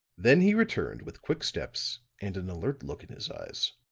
then he returned with quick steps and an alert look in his eyes.